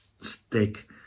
stick